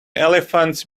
elephants